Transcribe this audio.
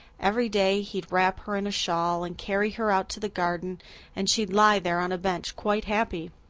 every day he'd wrap her in a shawl and carry her out to the garden and she'd lie there on a bench quite happy.